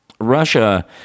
Russia